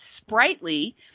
sprightly